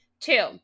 Two